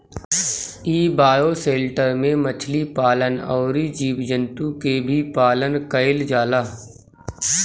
इ बायोशेल्टर में मछली पालन अउरी जीव जंतु के भी पालन कईल जाला